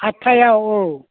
आदथायाव औ